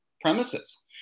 premises